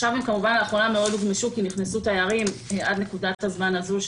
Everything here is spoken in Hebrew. לאחרונה הם כמובן מאוד הוגמשו כי נכנסו תיירים עד נקודת הזמן הזאת,